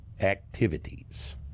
activities